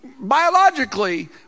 biologically